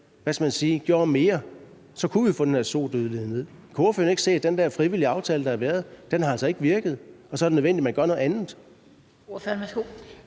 svinestalde gjorde mere, kunne vi få den her sodødelighed ned. Kan ordføreren ikke se, at den der frivillige aftale, der har været, altså ikke har virket, og at det så er nødvendigt, at man gør noget andet?